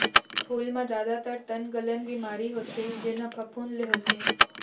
फूल म जादातर तनगलन बिमारी होथे जेन ह फफूंद ले होथे